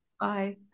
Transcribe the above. Bye